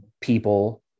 people